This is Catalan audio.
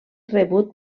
rebut